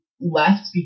left